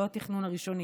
לא התכנון הראשוני,